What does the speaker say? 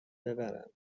ببرم